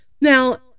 now